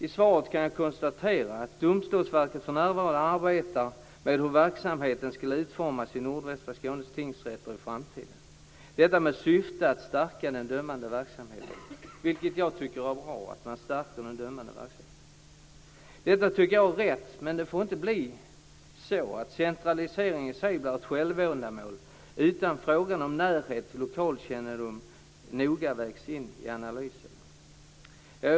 I svaret kan jag konstatera att Domstolsverket för närvarande arbetar med hur verksamheten skall utformas i nordvästra Skåne tingsrätter i framtiden med syfte att stärka den dömande verksamheten, vilket jag tycker är bra. Detta tycker jag är rätt, men det får inte bli så att centralisering i sig blir ett självändamål, utan frågor som närhet och lokalkännedom bör noga vägas in i analysen. Fru talman!